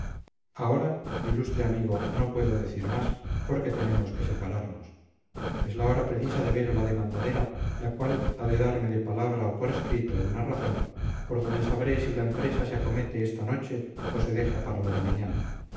ahora mi ilustre amigo no puedo decir más porque tenemos que separarnos es la hora precisa de ver a la demandadera la cual ha de darme de palabra o por escrito una razón por donde sabré si la empresa se acomete esta noche o se deja para la de mañana